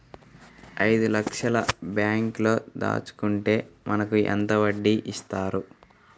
ఐదు లక్షల బ్యాంక్లో దాచుకుంటే మనకు ఎంత వడ్డీ ఇస్తారు?